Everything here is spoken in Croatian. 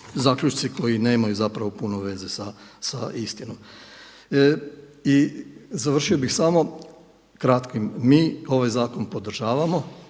zaključci koji nemaju zapravo puno veze sa istinom. I završio bih samo kratkim, mi ovaj zakon podržavamo,